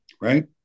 right